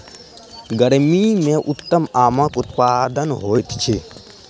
गर्मी मे उत्तम आमक उत्पादन होइत अछि